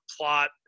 plot